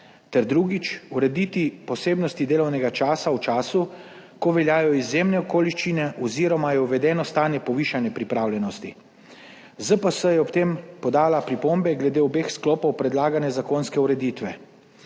drugič, urediti posebnosti delovnega časa v času, ko veljajo izjemne okoliščine oziroma je uvedeno stanje povišane pripravljenosti. ZPS je ob tem podala pripombe glede obeh sklopov predlagane zakonske ureditve.